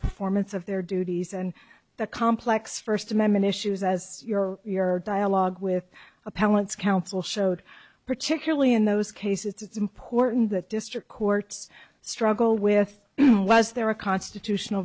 performance of their duties and the complex first amendment issues as your your dialogue with appellants council showed particularly in those cases it's important that district courts struggle with was there a constitutional